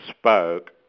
spoke